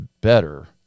better